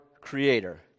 creator